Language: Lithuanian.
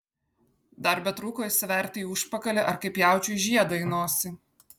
dar betrūko įsiverti į užpakalį ar kaip jaučiui žiedą į nosį